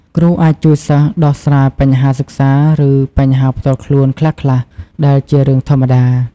គ្រូអាចជួយសិស្សដោះស្រាយបញ្ហាសិក្សា ឬបញ្ហាផ្ទាល់ខ្លួនខ្លះៗ ដែលជារឿងធម្មតា។